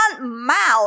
mouth